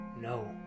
No